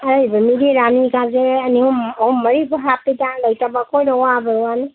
ꯑꯔꯩꯕ ꯃꯤꯗꯤ ꯔꯥꯅꯤꯒꯁꯦ ꯑꯅꯤ ꯑꯍꯨꯝ ꯑꯍꯨꯝ ꯃꯔꯤꯕꯨ ꯍꯥꯞꯄꯤꯗ ꯂꯩꯇꯕ ꯑꯩꯈꯣꯏꯗ ꯋꯥꯕꯩ ꯋꯥꯅꯤ